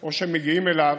בעצמו או שמגיעים אליו,